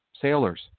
sailors